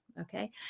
okay